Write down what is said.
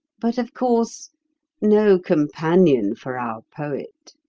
but of course no companion for our poet.